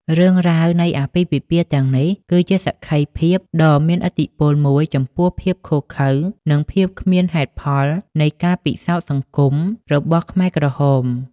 រឿងរ៉ាវនៃអាពាហ៍ពិពាហ៍ទាំងនេះគឺជាសក្ខីភាពដ៏មានឥទ្ធិពលមួយចំពោះភាពឃោរឃៅនិងភាពគ្មានហេតុផលនៃការពិសោធន៍សង្គមរបស់ខ្មែរក្រហម។